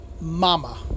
mama